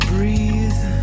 Breathe